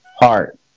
Heart